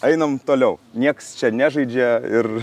einam toliau niekas čia nežaidžia ir